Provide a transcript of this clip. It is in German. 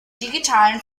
digitalen